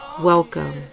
Welcome